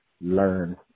learn